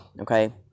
okay